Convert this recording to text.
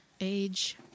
age